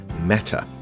meta